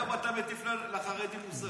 היום אתה מטיף לחברים מוסר.